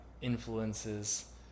influences